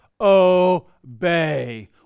obey